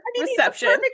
reception